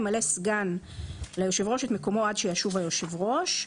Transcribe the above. ימלא סגן ליושב ראש את מקומו עד שישוב היושב ראש".